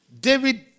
David